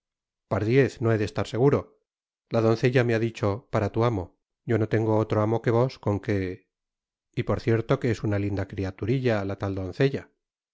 pardiez no he de estar seguro la doncella me ha dicho para tu amo yo no tengo otro amo que vos con qué y por cierto que es una linda criaturilla la tal doncella